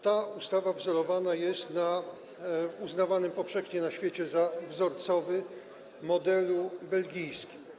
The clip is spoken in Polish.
Ta ustawa wzorowana jest na uznawanym powszechnie na świecie za wzorcowy modelu belgijskim.